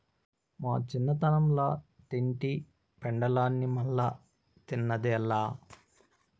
మా చిన్నతనంల తింటి పెండలాన్ని మల్లా తిన్నదేలా